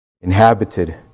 inhabited